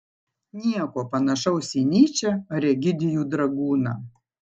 nieko panašaus į nyčę ar egidijų dragūną